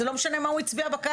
זה לא משנה מה הוא הצביע בקלפי.